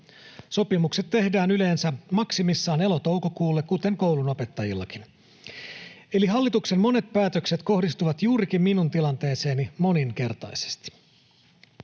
Sopimukset tehdään yleensä maksimissaan elo—toukokuulle, kuten koulun opettajillakin. Eli hallituksen monet päätökset kohdistuvat juurikin minun tilanteeseeni moninkertaisesti.”